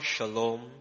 Shalom